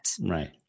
Right